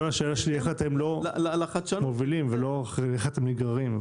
כל השאלה שלי היא איך אתם לא מובילים ולא איך אתם נגררים.